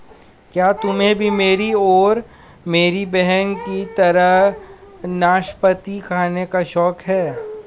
क्या तुम्हे भी मेरी और मेरी बहन की तरह नाशपाती खाने का शौक है?